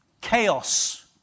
chaos